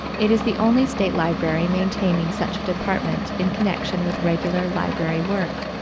it is the only state library maintaining such a department in connection with regular library work.